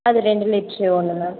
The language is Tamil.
அது ரெண்டு லிட்ரு ஒன்று மேம்